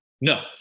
No